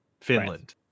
Finland